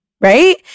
right